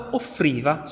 offriva